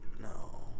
No